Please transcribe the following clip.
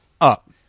up